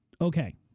okay